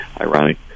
ironic